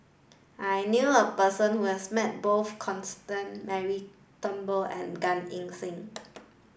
I knew a person who has met both Constance Mary Turnbull and Gan Eng Seng